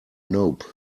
nope